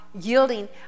yielding